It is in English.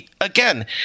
Again